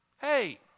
hey